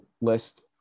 list